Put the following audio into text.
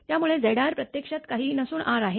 त्यामुळे Zr प्रत्यक्षात काहीही नसून R आहे